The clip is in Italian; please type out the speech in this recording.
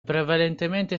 prevalentemente